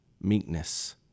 meekness